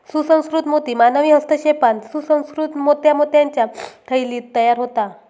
सुसंस्कृत मोती मानवी हस्तक्षेपान सुसंकृत मोत्या मोत्याच्या थैलीत तयार होता